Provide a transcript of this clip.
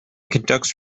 conducts